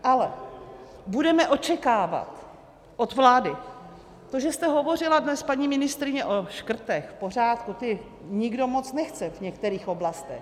Ale budeme očekávat od vlády to, že jste hovořila, paní ministryně o škrtech, v pořádku, ty nikdo moc nechce v některých oblastech.